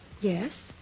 Yes